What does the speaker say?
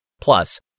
Plus